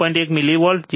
1 millivolt 0